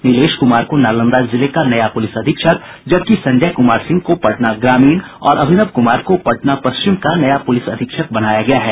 नीलेश कुमार को नालंदा जिले का नया पुलिस अधीक्षक जबकि संजय कुमार सिंह को पटना ग्रामीण और अभिनव कुमार को पटना पश्चिम का नया पुलिस अधीक्षक बनाया गया है